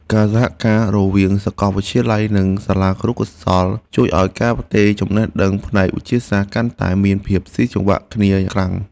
ការសហការរវាងសាកលវិទ្យាល័យនិងសាលាគរុកោសល្យជួយឱ្យការផ្ទេរចំណេះដឹងផ្នែកវិទ្យាសាស្ត្រកាន់តែមានភាពស៊ីសង្វាក់គ្នាខ្លាំង។